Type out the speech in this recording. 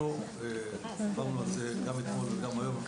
אנחנו דיברנו על זה גם אתמול וגם היום אנחנו